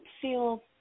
feel